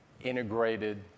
integrated